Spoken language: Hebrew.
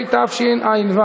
התשע"ו,